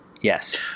Yes